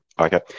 Okay